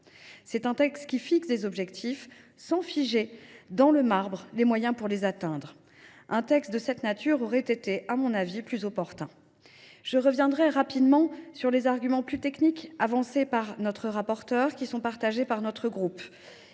C’est une charte qui fixe des objectifs sans figer dans le marbre les moyens pour les atteindre. Un texte de cette nature aurait été, à mon avis, plus opportun. Je reviens rapidement sur les arguments plus techniques avancés par Mme le rapporteur, que le groupe